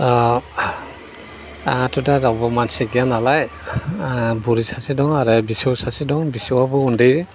आंहाथ' दा रावबो मानसि गैया नालाय बुरि सासे दङ आरो फिसौ सासे दं फिसौआबो उन्दै